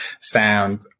sound